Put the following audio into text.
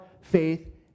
faith